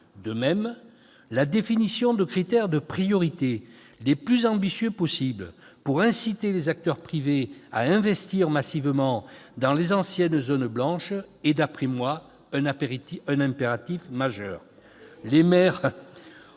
De même, la définition de critères de priorité les plus ambitieux possible pour inciter les acteurs privés à investir massivement dans les anciennes zones blanches est d'après moi un impératif majeur.